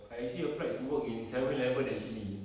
I actually applied to work in seven eleven actually